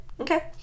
okay